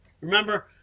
Remember